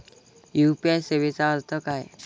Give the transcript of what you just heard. UPI सेवेचा अर्थ काय?